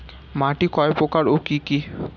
মাটি কয় প্রকার ও কি কি?